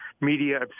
media